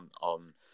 on